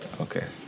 okay